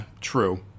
true